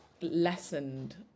lessened